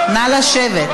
לשבת.